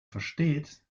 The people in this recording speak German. versteht